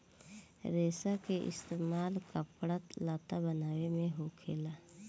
रेसा के इस्तेमाल कपड़ा लत्ता बनाये मे होखेला